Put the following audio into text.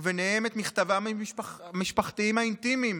וביניהם את מכתביו המשפחתיים האינטימיים